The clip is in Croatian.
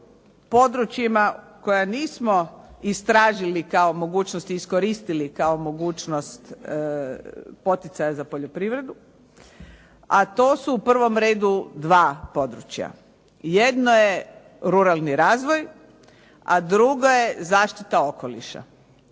područjima koja nismo istražili kao mogućnost i iskoristili kao mogućnost poticaja za poljoprivredu, a to su u prvom redu 2 područja. Jedno je ruralni razvoj, a drugo je zaštita okoliša.